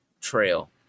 trail